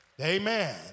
Amen